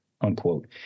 unquote